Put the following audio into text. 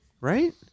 Right